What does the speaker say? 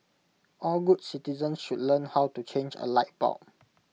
all good citizens should learn how to change A light bulb